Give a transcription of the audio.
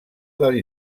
del